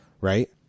right